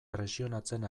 presionatzen